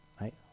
right